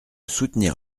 soutenir